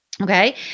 Okay